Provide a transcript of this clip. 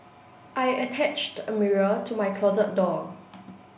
I attached a mirror to my closet door